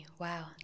Wow